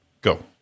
Go